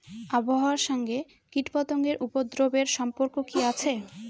আবহাওয়ার সঙ্গে কীটপতঙ্গের উপদ্রব এর সম্পর্ক কি আছে?